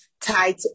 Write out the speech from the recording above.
tight